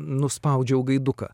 nuspaudžiau gaiduką